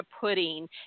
pudding